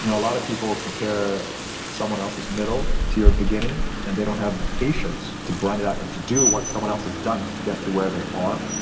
you know a lot of people compare someone else's middle to your beginning and they don't have the patience to grind it out and to do what someone else has done to get to where they are.